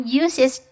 uses